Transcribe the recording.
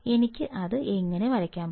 എനിക്ക് ഇത് എങ്ങനെ വരയ്ക്കാം